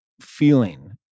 feeling